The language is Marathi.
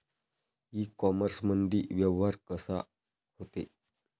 इ कामर्समंदी व्यवहार कसा होते?